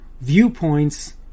viewpoints